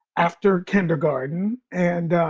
after kindergarten and